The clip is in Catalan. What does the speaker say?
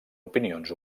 opinions